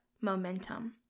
momentum